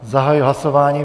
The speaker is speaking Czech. Zahajuji hlasování.